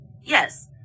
Yes